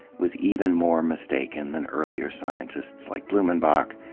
was even more mistaken than earlier scientists like blumenbach.